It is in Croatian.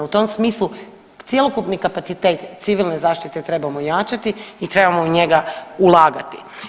U tom smislu cjelokupni kapacitet civilne zaštite trebamo jačati i trebamo u njega ulagati.